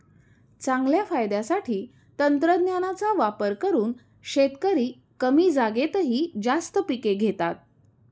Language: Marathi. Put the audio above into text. चांगल्या फायद्यासाठी तंत्रज्ञानाचा वापर करून शेतकरी कमी जागेतही जास्त पिके घेतात